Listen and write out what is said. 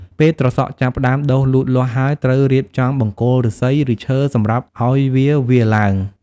ពេលត្រសក់ចាប់ផ្តើមដុះលូតលាស់ហើយ ត្រូវរៀបចំបង្គោលឫស្សី ឬឈើសម្រាប់ឲ្យវាវារឡើង។